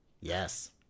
Yes